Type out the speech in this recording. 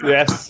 Yes